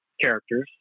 characters